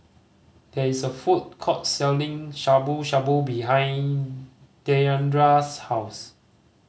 there is a food court selling Shabu Shabu behind Diandra's house